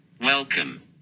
Welcome